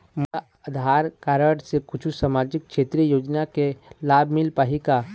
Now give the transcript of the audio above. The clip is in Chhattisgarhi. मोला आधार कारड से कुछू सामाजिक क्षेत्रीय योजना के लाभ मिल पाही का?